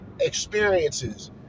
experiences